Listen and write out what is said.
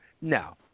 No